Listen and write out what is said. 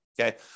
okay